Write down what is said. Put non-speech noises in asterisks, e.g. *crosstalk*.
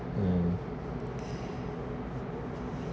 um *breath*